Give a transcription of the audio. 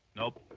nope.